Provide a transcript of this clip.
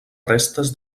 restes